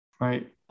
Right